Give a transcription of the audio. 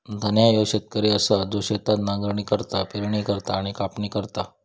धन्ना ह्यो शेतकरी असा जो शेतात नांगरणी करता, पेरणी करता आणि कापणी करता